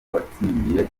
uwatsindiye